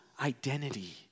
identity